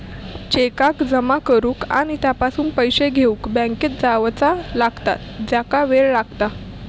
चेकाक जमा करुक आणि त्यापासून पैशे घेउक बँकेत जावचा लागता ज्याका वेळ लागता